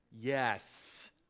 Yes